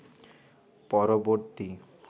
পরবর্তী